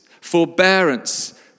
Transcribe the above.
forbearance